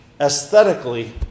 Aesthetically